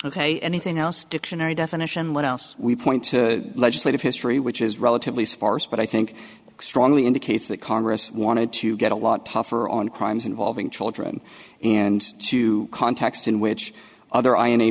ok anything else dictionary definition what else we point to legislative history which is relatively sparse but i think strongly indicates that congress wanted to get a lot tougher on crimes involving children and to context in which other i any